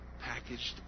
packaged